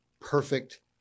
perfect